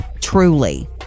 Truly